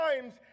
times